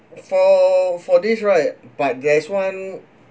for for these right but there is one